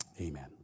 amen